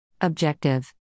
Objective